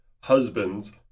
Husbands